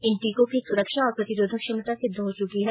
इन टीकों की सुरक्षा और प्रतिरोधक क्षमता सिद्ध हो चुकी है